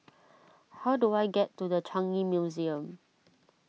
how do I get to the Changi Museum